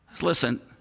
Listen